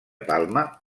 palma